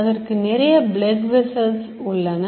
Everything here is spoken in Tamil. அதற்கு நிறைய blood vessels உள்ளன